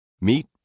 Meet